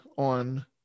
on